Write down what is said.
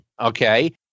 okay